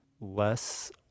less